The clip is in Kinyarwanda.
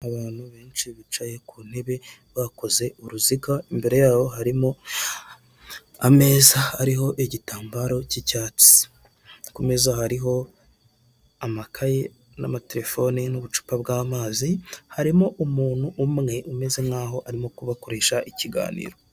Icyapa kiriho amafoto atatu magufi y'abagabo babiri uwitwa KABUGA n 'uwitwa BIZIMANA bashakishwa kubera icyaha cya jenoside yakorewe abatutsi mu Rwanda.